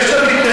איך אתה מתנהל,